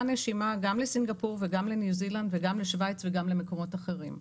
נשימה 'גם לסינגפור וגם לניו זילנד וגם לשוויץ וגם למקומות אחרים'.